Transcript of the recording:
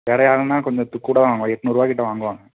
வேறு யாருன்னா கொஞ்சத்துக் கூட தான் வாங்குவேன் எண்நூறுவாக் கிட்டே வாங்குவாங்க